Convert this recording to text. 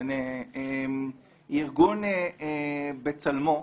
יש ארגון "בצלמו",